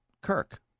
Kirk